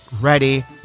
ready